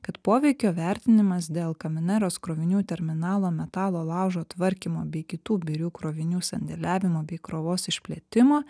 kad poveikio vertinimas dėl kamineros krovinių terminalo metalo laužo tvarkymo bei kitų birių krovinių sandėliavimo bei krovos išplėtimo